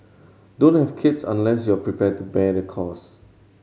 don't have kids unless you prepared to bear the cost